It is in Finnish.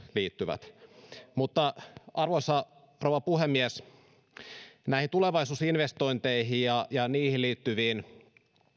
liittyvät arvoisa rouva puhemies näihin tulevaisuusinvestointeihin ja ja niihin liittyviin